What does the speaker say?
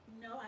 No